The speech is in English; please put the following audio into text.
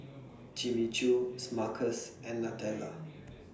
Jimmy Choo Smuckers and Nutella